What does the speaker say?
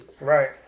Right